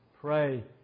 Pray